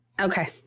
Okay